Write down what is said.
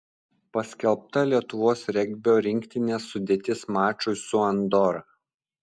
paskelbta lietuvos regbio rinktinės sudėtis mačui su andora